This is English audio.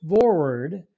forward